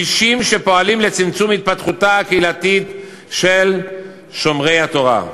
אישים שפועלים לצמצום התפתחותם הקהילתית של שומרי התורה.